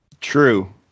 True